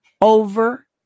over